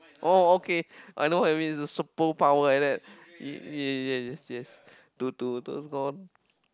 oh okay I know what you mean is a superpower like that ye~ yes yes to to those gone